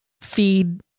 feed